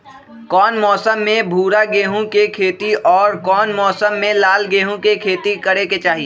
कौन मौसम में भूरा गेहूं के खेती और कौन मौसम मे लाल गेंहू के खेती करे के चाहि?